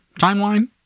timeline